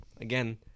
Again